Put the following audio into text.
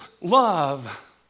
love